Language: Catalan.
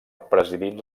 presidint